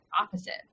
opposite